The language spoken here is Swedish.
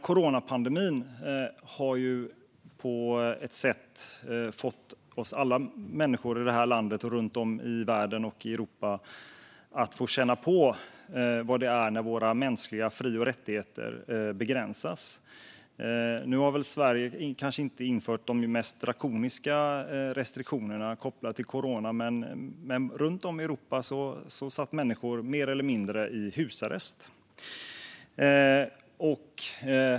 Coronapandemin har ju på ett sätt fått oss alla människor i det här landet, i Europa och runt om i världen att känna på hur det är när våra mänskliga fri och rättigheter begränsas. Nu har väl kanske inte Sverige infört de mest drakoniska restriktionerna kopplade till corona, men runt om i Europa har människor mer eller mindre suttit i husarrest.